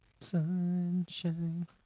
Sunshine